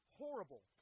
horrible